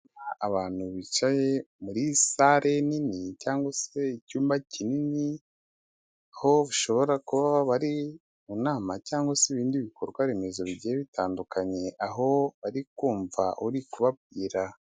Abantu bicaye muri sale nini cyangwa se icyumba kinini aho bashobora kuba bari mu nama cyangwa se ibindi bikorwa remezo bigiye bitandukanye aho bari kumva uri kubabwira.